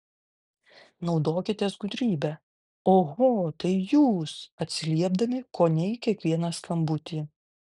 naudokitės gudrybe oho tai jūs atsiliepdami kone į kiekvieną skambutį